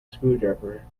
screwdriver